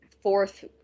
fourth